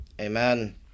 Amen